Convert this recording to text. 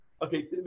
Okay